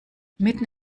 mitten